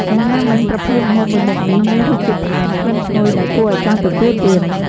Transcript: យ៉ាងណាមិញប្រភេទម្ហូបមួយមុខនេះមានរសជាតិផ្អែម ក្លិនឈ្ងុយ ដែលគួរឱ្យចង់ទទួលទាន។